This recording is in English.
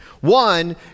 One